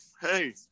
hey